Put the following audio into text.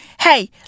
hey